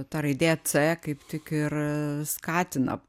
ta raidė c kaip tik ir skatina